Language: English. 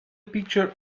picture